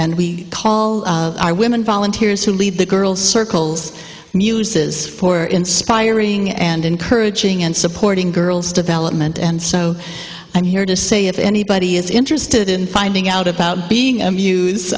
and we call our women volunteers who lead the girls circles muses for inspiring and encouraging and supporting girls development and so i'm here to say if anybody is interested in finding out about being a muse